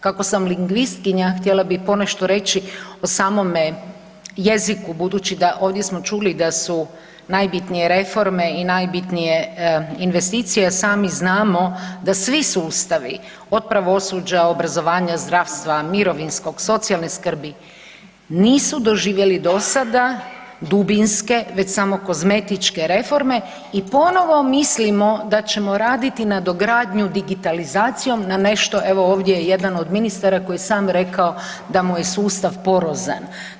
Kako sam lingvistkinja htjela bih ponešto reći o samome jeziku, budući da ovdje smo čuli da su najbitnije reforme i najbitnije investicije, a sami znamo da svi sustavi od pravosuđa, obrazovanja, zdravstva, mirovinskog, socijalne skrbi nisu doživjeli do sada dubinske već samo kozmetičke reforme i ponovo mislimo da ćemo raditi nadogradnju digitalizacijom na nešto, evo ovdje je jedan od ministara koji je sam rekao da mu je sustav porozan.